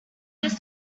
this